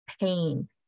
pain